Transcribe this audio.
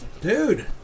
dude